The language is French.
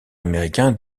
américain